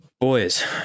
boys